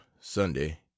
Sunday